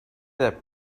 that